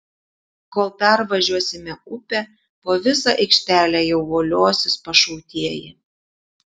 kol pervažiuosime upę po visą aikštelę jau voliosis pašautieji